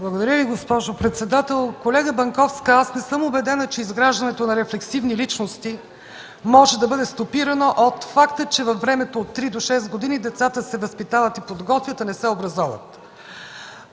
Благодаря Ви, госпожо председател. Колега Банковска, аз не съм убедена, че изграждането на рефлективни личности може да бъде стопирано от факта, че във времето от 3 до 6 години децата се възпитават и подготвят, а не се образоват.